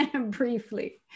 briefly